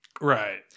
Right